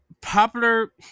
popular